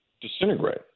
disintegrate